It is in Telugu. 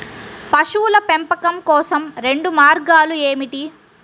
పశువుల పెంపకం కోసం రెండు మార్గాలు ఏమిటీ?